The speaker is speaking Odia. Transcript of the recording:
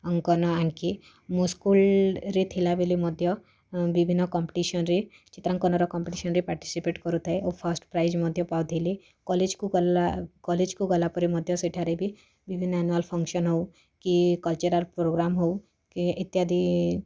ଅଙ୍କନ ଆଙ୍କେ ମୁଁ ସ୍କୁଲ୍ରେ ଥିଲାବେଳେ ମଧ୍ୟ ବିଭିନ୍ନ କମ୍ପିଟିସନ୍ରେ ଚିତ୍ରାଙ୍କନର କମ୍ପିଟିସନ୍ରେ ପାର୍ଟିସିପେଟ୍ କରୁଥାଏ ଓ ଫାଷ୍ଟ୍ ପ୍ରାଇଜ୍ ମଧ୍ୟ ପାଉଥିଲି କଲେଜ୍କୁ ଗଲା କଲେଜ୍କୁ ଗଲାପରେ ମଧ୍ୟ ସେଠାରେ ବି ବିଭିନ୍ନ ଆନୁଆଲ୍ ଫଙ୍କସନ୍ ହଉ କି କଲ୍ଚରାଲ୍ ପ୍ରୋଗ୍ରାମ୍ ହଉ କି ଇତ୍ୟାଦି